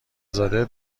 زاده